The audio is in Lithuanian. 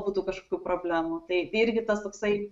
būtų kažkokių problemų tai irgi tas toksai